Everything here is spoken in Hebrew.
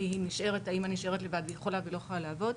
כי האימא נשארת לבד והיא חולה והיא לא יכולה לעבוד.